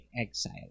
exile